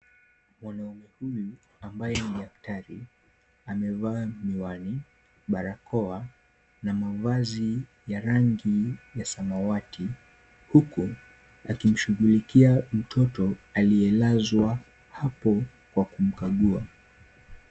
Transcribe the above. Mwanaume huyu ambaye ni daktari, amevaa miwani, barakoa na mavazi ya rangi ya samawati, huku akimshughulikia mtoto aliyelazwa hapo kwa kumkagua.